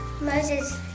Moses